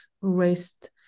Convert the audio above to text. raised